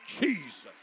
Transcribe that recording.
Jesus